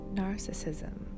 narcissism